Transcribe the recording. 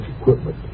equipment